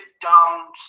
dumb